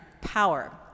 power